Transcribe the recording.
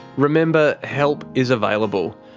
remember help is available.